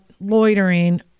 loitering